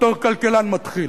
בתור כלכלן מתחיל.